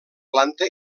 planta